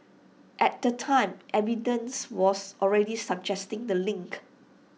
at the time evidence was already suggesting the link